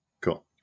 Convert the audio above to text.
Cool